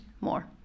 more